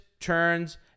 turns